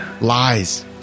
Lies